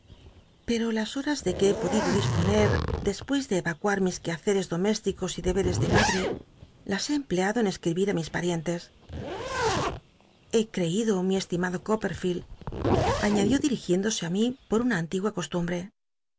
cro las horas de que he podido dis oncr despues de evacuar mis quehaceres domésticos y deberes de mad re las he empleado en escribir á mis parientes he creiclo mi estimado copperfield añadiú dirigiéndose ü mí por una antigua costumbre